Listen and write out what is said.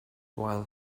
while